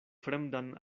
fremdan